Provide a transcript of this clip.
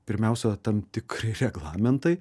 pirmiausia tam tikri reglamentai